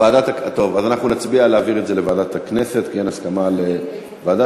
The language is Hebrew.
אז אנחנו נצביע על להעביר את זה לוועדת הכנסת כי אין הסכמה על ועדה,